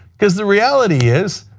because the reality is,